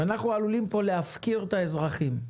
ואנחנו עלולים פה להפקיר את האזרחים.